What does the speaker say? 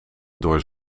door